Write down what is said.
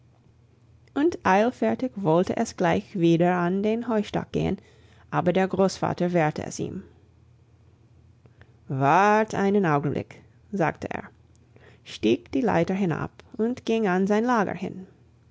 und eilfertig wollte es gleich wieder an den heustock gehen aber der großvater wehrte es ihm wart einen augenblick sagte er stieg die leiter hinab und ging an sein lager hin